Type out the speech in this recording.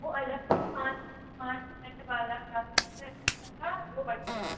वह अलग पाँच पाँच रुपये वाले का दो बंडल